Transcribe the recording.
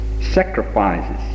sacrifices